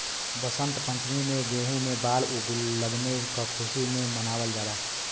वसंत पंचमी में गेंहू में बाल लगले क खुशी में मनावल जाला